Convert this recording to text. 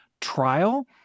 trial